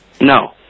No